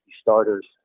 starters